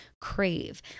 crave